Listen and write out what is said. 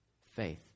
Faith